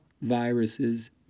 viruses